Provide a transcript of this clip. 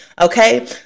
Okay